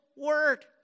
word